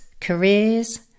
careers